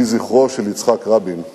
יהיה זכרו של יצחק רבין ברוך.